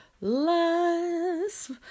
less